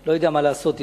לא יודע מה לעשות אתנו.